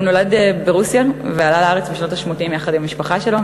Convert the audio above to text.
הוא נולד ברוסיה ועלה לארץ בשנות ה-80 יחד עם המשפחה שלו,